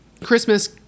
Christmas